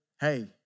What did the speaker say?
hey